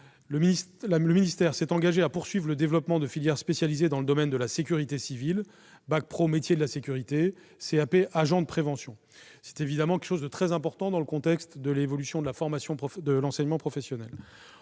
le ministère s'est engagé à poursuivre le développement de filières spécialisées dans le domaine de la sécurité civile, telles que le bac pro « métiers de la sécurité » ou le CAP « agent de prévention ». C'est un élément très important dans le contexte de l'évolution de l'enseignement professionnel.